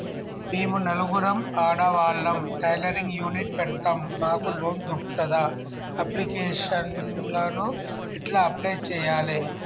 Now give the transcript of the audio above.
మేము నలుగురం ఆడవాళ్ళం టైలరింగ్ యూనిట్ పెడతం మాకు లోన్ దొర్కుతదా? అప్లికేషన్లను ఎట్ల అప్లయ్ చేయాలే?